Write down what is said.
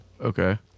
Okay